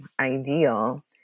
ideal